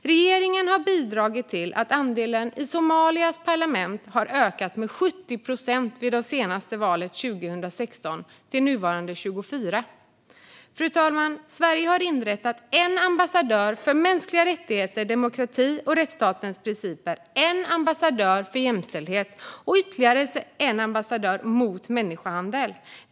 Regeringen har bidragit till att andelen kvinnor i Somalias parlament ökade med 70 procent i det senaste valet, 2016, till nuvarande 24 procent. Fru talman! Sverige har inrättat en ambassadör för mänskliga rättigheter, demokrati och rättsstatens principer, en ambassadör för jämställdhet och ytterligare en ambassadör mot människohandel.